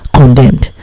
condemned